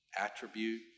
attribute